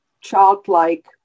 childlike